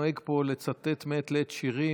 ואני נוהג פה לצטט מעת לעת שירים,